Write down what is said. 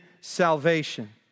salvation